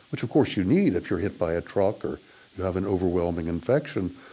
which of course you need if you're hit by a truck, or you have an overwhelming infection.